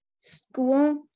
school